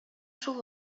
шул